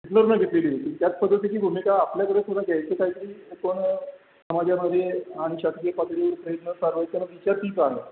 हिटलरनं घेतलेली होती त्याच पद्धतीची भूमिका आपल्याकडे सुद्धा घ्यायची काय की आपण समाजामध्ये आणि शासकीय पातळीवर प्रयत्न